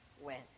went